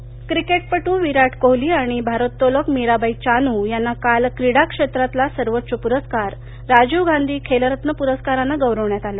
क्रीडा प्रस्कार क्रिकेटपटू विराट कोहली आणि भारोत्तोलक मीराबाई चानू यांना काल क्रीडा क्षेत्रातला सर्वोच्च पुरस्कार राजीव गांधी खेलरत्न पुरस्कारानं गौरवण्यात आलं